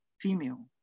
female